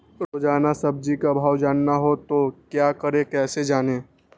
रोजाना सब्जी का भाव जानना हो तो क्या करें कैसे जाने?